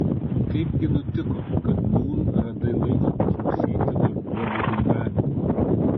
kaipgi nutiko kad nūn radai laiko paklausyti varguolių dainavimo